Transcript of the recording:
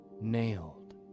nailed